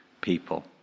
people